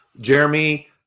Jeremy